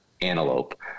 antelope